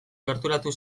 gerturatu